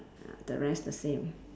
uh the rest the same